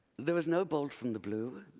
there was no bolt from the blue,